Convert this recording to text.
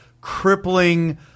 crippling